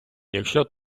якщо